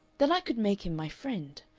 then i could make him my friend.